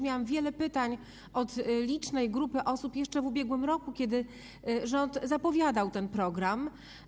Miałam wiele pytań od licznej grupy osób jeszcze w ubiegłym roku, kiedy rząd zapowiadał ten program.